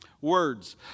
Words